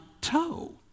toe